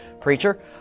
Preacher